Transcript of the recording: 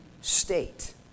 state